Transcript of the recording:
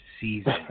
season